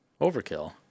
overkill